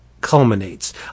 culminates